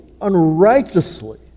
unrighteously